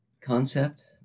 concept